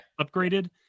upgraded